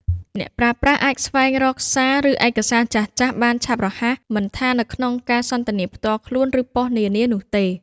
អ្នកប្រើប្រាស់អាច ស្វែងរកសារ ឬឯកសារចាស់ៗបានឆាប់រហ័ស មិនថានៅក្នុងការសន្ទនាផ្ទាល់ខ្លួន ឬប៉ុស្តិ៍ នានានោះទេ។